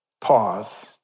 pause